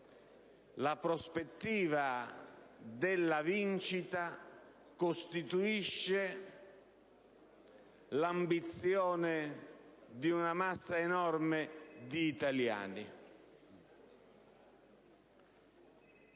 la prospettiva della vincita costituisce l'ambizione di una massa enorme di italiani.